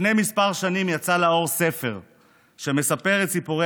לפני כמה שנים יצא לאור ספר שמספר את סיפורי